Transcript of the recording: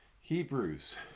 Hebrews